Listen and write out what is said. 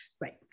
Right